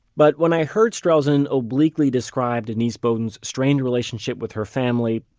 but when i heard strelzin obliquely describe denise beaudin's strained relationship with her family,